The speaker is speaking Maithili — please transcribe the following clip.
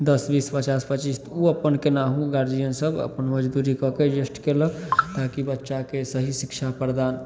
दस बीस पचास पचीस तऽ ओ अपन केनाहुँ गार्जिअनसभ अपन मजदूरी कऽ कऽ अपन एडजस्ट कएलक ताकि बच्चाकेँ सही शिक्षा प्रदान